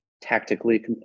tactically